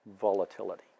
volatility